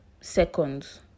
seconds